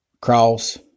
cross